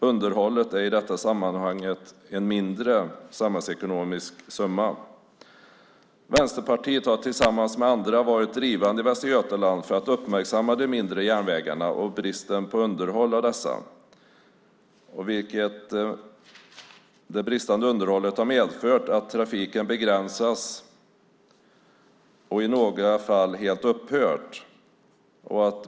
Underhållet är i detta sammanhang en mindre samhällsekonomisk summa. Vänsterpartiet har tillsammans med andra i Västra Götaland varit drivande för att uppmärksamma bristen på underhåll av de mindre järnvägarna. Det bristande underhållet har medfört att trafiken har begränsats och i några fall helt upphört.